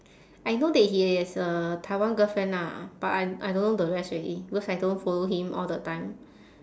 I know that he has a taiwan girlfriend ah but I I don't know the rest already because I don't follow him all the time